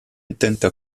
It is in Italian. intenta